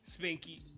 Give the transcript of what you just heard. Spanky